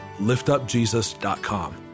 liftupjesus.com